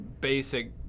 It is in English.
basic